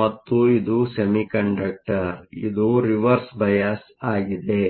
ಮತ್ತು ಇದು ಸೆಮಿಕಂಡಕ್ಟರ್ ಇದು ರಿವರ್ಸ್ ಬಯಾಸ್Reverse bias ಆಗಿದೆ